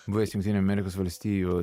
buvęs jungtinių amerikos valstijų